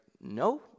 no